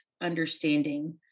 understanding